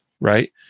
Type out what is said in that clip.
Right